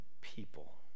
people